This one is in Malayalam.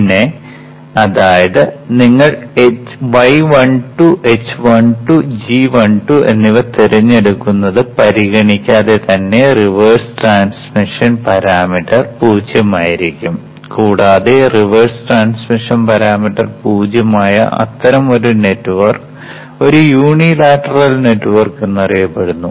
പിന്നെ അതായത് നിങ്ങൾ y12 h12 g12 എന്നിവ തിരഞ്ഞെടുക്കുന്നത് പരിഗണിക്കാതെ തന്നെ റിവേഴ്സ് ട്രാൻസ്മിഷൻ പാരാമീറ്റർ 0 ആയിരിക്കും കൂടാതെ റിവേഴ്സ് ട്രാൻസ്മിഷൻ പാരാമീറ്റർ 0 ആയ അത്തരമൊരു നെറ്റ്വർക്ക് ഒരു യൂണിലാറ്ററൽ നെറ്റ്വർക്ക് എന്ന് അറിയപ്പെടുന്നു